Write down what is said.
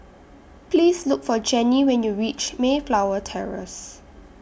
Please Look For Jennie when YOU REACH Mayflower Terrace